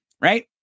right